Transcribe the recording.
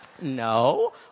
No